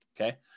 Okay